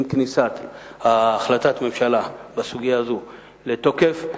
עם כניסת החלטת ממשלה בסוגיה הזו לתוקף,